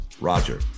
Roger